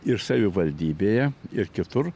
ir savivaldybėje ir kitur